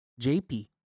JP